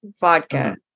Vodka